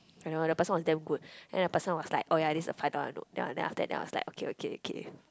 I know the person was damn good then the person was like oh ya this is a five dollar note then I then after that I was like okay okay okay